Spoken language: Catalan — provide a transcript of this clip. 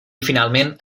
finalment